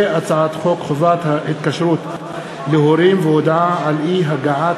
והצעת חוק חובת התקשרות להורים והודעה על אי-הגעת